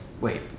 wait